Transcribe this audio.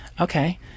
okay